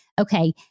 Okay